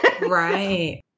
right